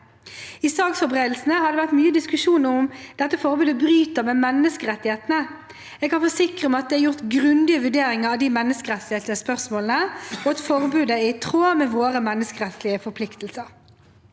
I saksforberedelsene har det vært mye diskusjon om dette forbudet bryter med menneskerettighetene. Jeg kan forsikre om at det er gjort grundige vurderinger av de menneskerettslige spørsmålene, og at forbudet er i tråd med våre menneskerettslige forpliktelser.